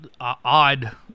odd